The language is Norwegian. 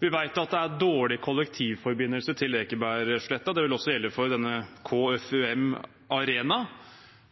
Vi vet at det er dårlig kollektivforbindelse til Ekebergsletta. Det vil også gjelde for denne KFUM Arena.